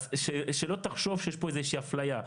אז שלא תחשוב שיש פה איזושהי אפליה.